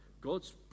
God's